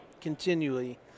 continually